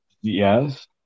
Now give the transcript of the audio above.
Yes